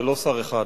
זה לא שר אחד.